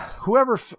whoever